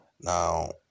Now